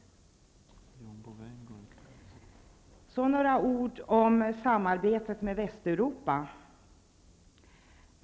Så några ord om samarbetet med Västeuropa.